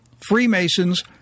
Freemasons